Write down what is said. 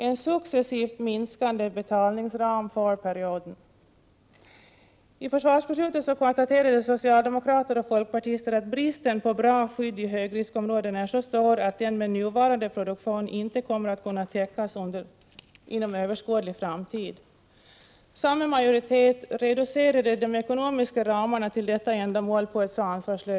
En rad livsviktiga funktioner för hela landet finns samlade där. Storstäderna är naturligt nog i hög grad beroende av livsmedel.